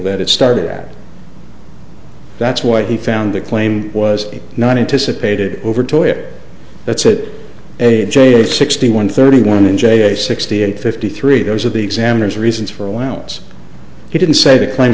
that it started at that's what he found the claim was not anticipated over to it that's it a j sixty one thirty one in j s sixty eight fifty three those are the examiner's reasons for a while he didn't say the claims